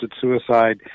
suicide